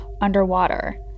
underwater